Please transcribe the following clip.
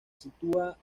sitúa